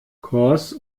korps